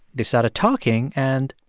they started talking, and.